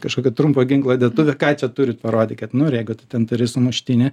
kažkokia trumpo ginklo dėtuvė ką čia turit parodykit nu ir jeigu tu ten turi sumuštinį